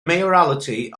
mayoralty